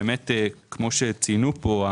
כפי שציינו פה,